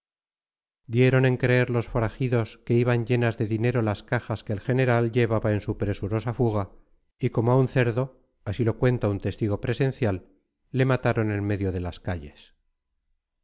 dieron en creer los forajidos que iban llenas de dinero las cajas que el general llevaba en su presurosa fuga y como a un cerdo le mataron en medio de las calles